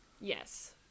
Yes